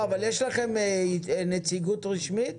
יש לכם נציגות רשמית?